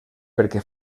perquè